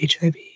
HIV